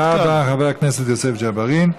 תודה רבה, חבר הכנסת יוסף ג'בארין.